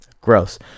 Gross